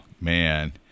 Man